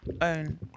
own